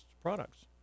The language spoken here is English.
products